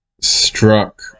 struck